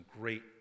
great